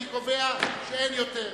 אני קובע שאין יותר.